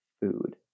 food